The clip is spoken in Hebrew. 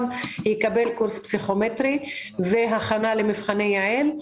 יקבל קורס פסיכומטרי והכנה למבחני יע"ל.